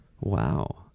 wow